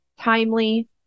timely